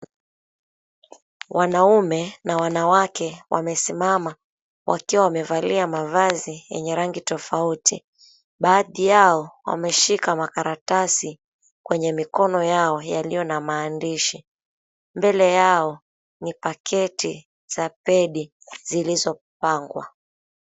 Wanaume na wanawake wamesimama wakiwa wamevalia mavazi yenye rangi tofauti. Baadhi yao wameshika makaratasi kwenye mikono yao yaliyo na maandishi. Mbele yao ni paketi za pedi zilizopangwa.